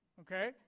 okay